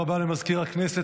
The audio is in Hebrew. תודה רבה למזכיר הכנסת.